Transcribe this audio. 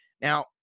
Now